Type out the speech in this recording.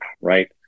right